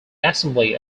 assembly